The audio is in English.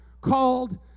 called